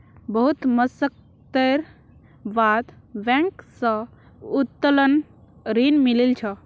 बहुत मशक्कतेर बाद बैंक स उत्तोलन ऋण मिलील छ